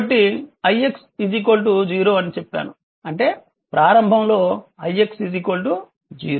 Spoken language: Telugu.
కాబట్టి ix 0 అని చెప్పాను అంటే ప్రారంభంలో ix 0